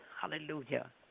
hallelujah